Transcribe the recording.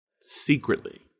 secretly